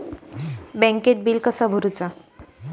बँकेत बिल कसा भरुचा?